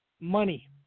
Money